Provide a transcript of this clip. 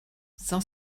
sans